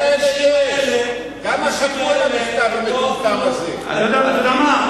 אתה יודע מה?